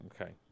Okay